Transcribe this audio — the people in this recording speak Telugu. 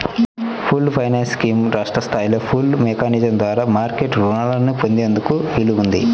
పూల్డ్ ఫైనాన్స్ స్కీమ్ రాష్ట్ర స్థాయి పూల్డ్ మెకానిజం ద్వారా మార్కెట్ రుణాలను పొందేందుకు వీలుంది